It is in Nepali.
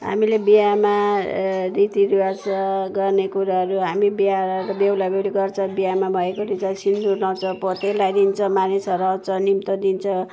हामीले बिहामा रीतिरिवाज गर्ने कुराहरू हामी बिहा बेहुला बेहुली गर्छ बिहामा भएको सिन्दुर लगाउँछ पोते लगाइदिन्छ मानिसहरू आउँछ निम्तो दिन्छ